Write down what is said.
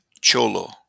Cholo